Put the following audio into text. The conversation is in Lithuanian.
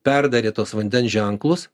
perdarė tuos vandens ženklus